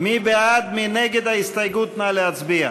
עם כל ההסתייגויות לחלופין.